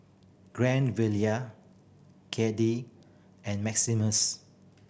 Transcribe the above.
Cade and Maximus